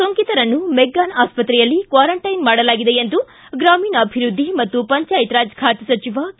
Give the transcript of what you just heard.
ಸೋಂಕಿತರನ್ನು ಮೆಗ್ಗಾನ್ ಆಸ್ಪತ್ರೆಯಲ್ಲಿ ಕ್ವಾರಂಟೈನ್ ಮಾಡಲಾಗಿದೆ ಎಂದು ಗ್ರಾಮೀಣಾಭಿವೃದ್ಧಿ ಮತ್ತು ಪಂಚಾಯತ್ರಾಜ್ ಖಾತೆ ಸಚಿವ ಕೆ